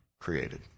Created